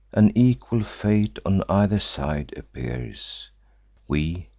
an equal fate on either side appears we,